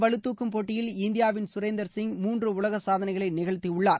வலுதாக்கும் போட்டியில் இந்தியாவின் சுரேந்தர் சிங் மூன்று உலக உலக சாதனைகளை நிகழ்த்தியுள்ளார்